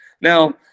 Now